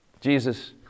Jesus